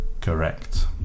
Correct